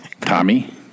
Tommy